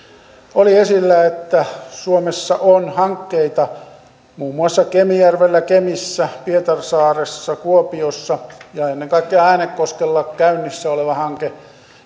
oli esillä että suomessa on hankkeita muun muassa kemijärvellä kemissä pietarsaaressa kuopiossa ja ennen kaikkea äänekoskella käynnissä oleva hanke